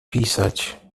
pisiać